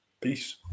Peace